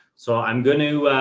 so i'm going to,